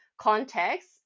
context